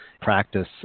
practice